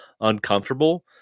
uncomfortable